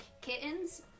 kittens